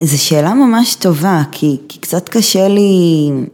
זה שאלה ממש טובה, כי קצת קשה לי...